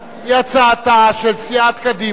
היא הצעתה של סיעת קדימה,